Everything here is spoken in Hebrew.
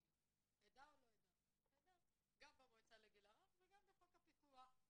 גם במועצה לגיל הרך וגם בחוק הפיקוח.